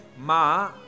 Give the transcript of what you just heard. Ma